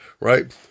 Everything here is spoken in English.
right